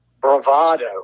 bravado